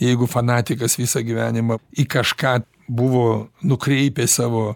jeigu fanatikas visą gyvenimą į kažką buvo nukreipęs savo